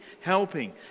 helping